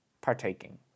partaking